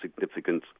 significance